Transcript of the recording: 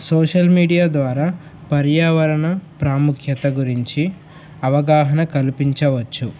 social media ద్వారా పర్యావరణ ప్రాముఖ్యత గురించి అవగాహన కల్పించవచ్చు